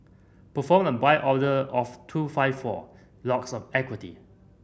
perform a buy order of two five four lots of equity